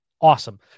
awesome